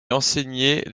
enseignait